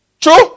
true